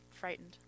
frightened